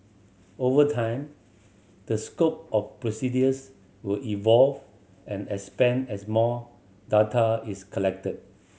over time the scope of procedures will evolve and expand as more data is collected